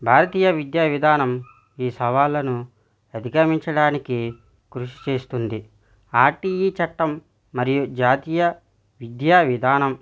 భారతీయ విద్యా విధానం ఈ సవాళ్ళను అధిగమించడానికి కృషి చేస్తుంది ఆర్టిఈ చట్టం మరియు జాతీయ విద్యా విధానం